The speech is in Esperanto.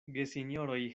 gesinjoroj